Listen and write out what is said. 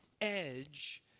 edge